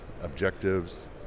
objectives